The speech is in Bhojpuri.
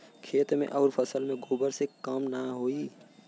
खेत मे अउर फसल मे गोबर से कम ना होई?